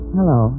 Hello